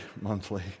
monthly